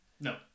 No